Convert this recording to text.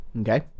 Okay